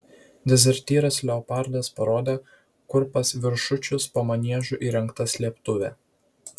dezertyras leopardas parodė kur pas viršučius po maniežu įrengta slėptuvė